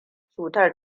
cutar